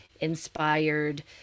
inspired